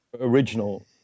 original